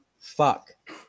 fuck